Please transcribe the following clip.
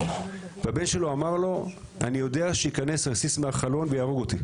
והבן שלו אמר לו אני יודע שייכנס רסיס מהחלון ויהרוג אותי.